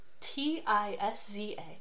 T-I-S-Z-A